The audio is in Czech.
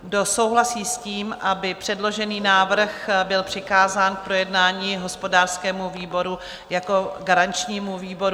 Kdo souhlasí s tím, aby předložený návrh byl přikázán k projednání hospodářskému výboru jako garančnímu výboru?